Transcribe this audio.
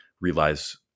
realize